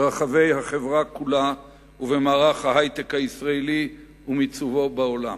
בחברה כולה ובמערך ההיי-טק הישראלי ומיצובו בעולם.